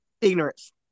Ignorance